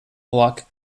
block